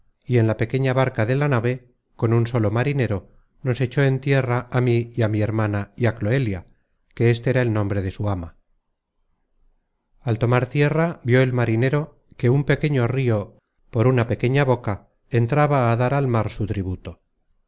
y en la pequeña barca de la nave con solo un marinero nos echó en tierra á mí y á mi hermana y á cloelia que éste era el nombre de su ama al tomar tierra vió el marinero que un pequeño rio por una pequeña boca entraba a dar al mar su tributo